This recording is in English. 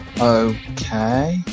Okay